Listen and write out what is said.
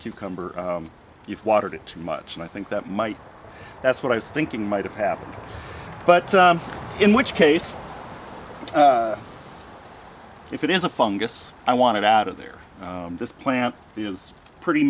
cucumber you've watered it too much and i think that might that's what i was thinking might have happened but in which case if it is a fungus i wanted out of there this plant is pretty